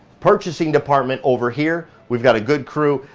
purchasing department over here, we've got a good crew.